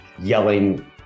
yelling